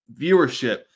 viewership